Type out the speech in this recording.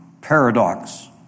paradox